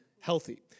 healthy